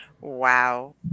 Wow